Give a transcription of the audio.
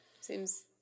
Seems